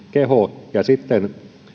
keho ja sitten